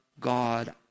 God